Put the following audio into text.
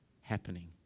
happening